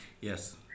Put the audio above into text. Yes